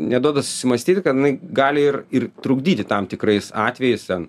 neduoda susimąstyti kad jinai gali ir ir trukdyti tam tikrais atvejais ten